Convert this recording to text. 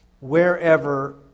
wherever